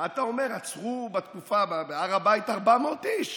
מה אתה אומר, עצרו בתקופה בהר הבית 400 איש?